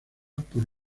por